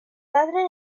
padre